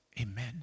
Amen